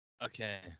Okay